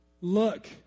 Look